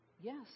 Yes